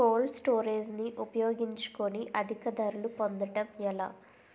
Cold storage ని ఉపయోగించుకొని అధిక ధరలు పొందడం ఎలా?